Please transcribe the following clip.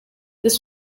this